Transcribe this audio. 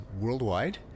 worldwide